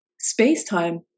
Space-time